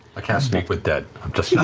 ah cast speak with dead. i'm just you know